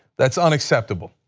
that's unaccountable.